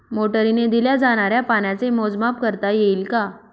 मोटरीने दिल्या जाणाऱ्या पाण्याचे मोजमाप करता येईल का?